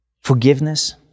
Forgiveness